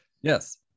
Yes